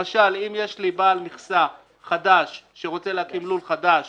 למשל, אם יש בעל מכסה חדש שרוצה להקים לול חדש